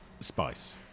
spice